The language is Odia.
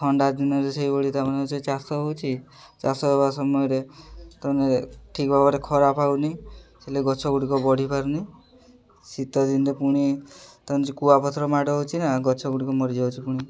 ଥଣ୍ଡା ଦିନରେ ସେଇଭଳି ତା'ମାନେ ସେ ଚାଷ ହେଉଛି ଚାଷ ହେବା ସମୟରେ ତା'ମାନେ ଠିକ୍ ଭାବରେ ଖରା ପାଉନି ସେ ଗଛଗୁଡ଼ିକ ବଢ଼ିପାରୁନି ଶୀତ ଦିନରେ ପୁଣି ତା'ମାନେ କୂଆପଥର ମାଡ଼ ହେଉଛି ନା ଗଛଗୁଡ଼ିକ ମରିଯାଉଛି ପୁଣି